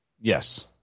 Yes